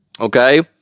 Okay